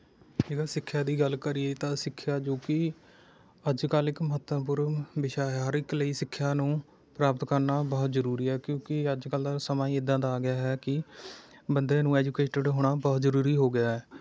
ਜੇਕਰ ਸਿੱਖਿਆ ਦੀ ਗੱਲ ਕਰੀਏ ਤਾਂ ਸਿੱਖਿਆ ਜੋ ਕਿ ਅੱਜ ਕੱਲ੍ਹ ਇੱਕ ਮਹੱਤਵਪੂਰਨ ਵਿਸ਼ਾ ਹੈ ਹਰ ਇੱਕ ਲਈ ਸਿੱਖਿਆ ਨੂੰ ਪ੍ਰਾਪਤ ਕਰਨਾ ਬਹੁਤ ਜ਼ਰੂਰੀ ਹੈ ਕਿਉਂਕਿ ਅੱਜ ਕੱਲ੍ਹ ਦਾ ਸਮਾਂ ਹੀ ਏਦਾਂ ਦਾ ਆ ਗਿਆ ਹੈ ਕਿ ਬੰਦੇ ਨੂੰ ਐਜੂਕੇਟਿਡ ਹੋਣਾ ਬਹੁਤ ਜ਼ਰੂਰੀ ਹੋ ਗਿਆ ਹੈ